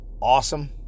awesome